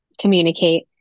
communicate